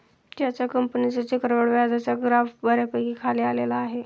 त्याच्या कंपनीचा चक्रवाढ व्याजाचा ग्राफ बऱ्यापैकी खाली आलेला आहे